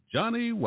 Johnny